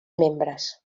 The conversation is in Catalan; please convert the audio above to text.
membres